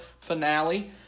finale